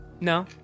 No